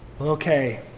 Okay